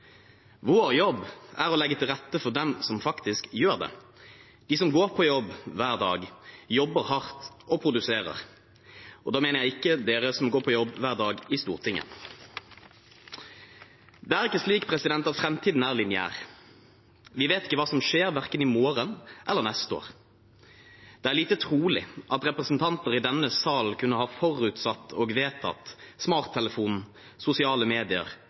Vår jobb er å legge til rette for dem som faktisk gjør det, de som går på jobb hver dag, jobber hardt og produserer, og da mener jeg ikke dere som går på jobb hver dag i Stortinget. Det er ikke slik at framtiden er lineær. Vi vet ikke hva som skjer verken i morgen eller neste år. Det er lite trolig at representanter i denne sal kunne ha forutsett og vedtatt smarttelefon, sosiale medier